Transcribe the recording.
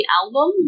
album